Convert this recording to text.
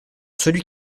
celui